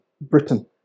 Britain